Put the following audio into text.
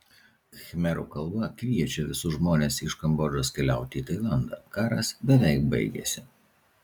khmerų kalba kviečia visus žmones iš kambodžos keliauti į tailandą karas beveik baigėsi